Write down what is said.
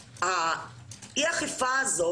אי האכיפה הזו